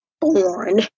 born